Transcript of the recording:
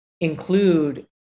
include